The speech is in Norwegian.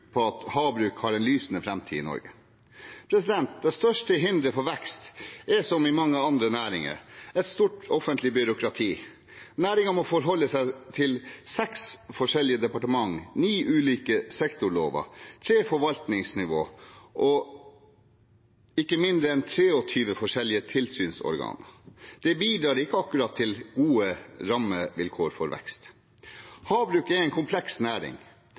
på at havbruk har en lysende framtid i Norge. Det største hinderet for vekst er, som i mange andre næringer, et stort offentlig byråkrati. Næringen må forholde seg til seks forskjellige departement, ni ulike sektorlover, tre forvaltningsnivå og ikke mindre enn 23 forskjellige tilsynsorganer. Det bidrar ikke akkurat til gode rammevilkår for vekst. Havbruk er en kompleks næring.